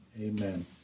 Amen